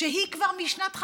שהיא כבר משנת 1950,